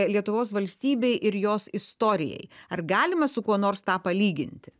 lietuvos valstybei ir jos istorijai ar galima su kuo nors tą palyginti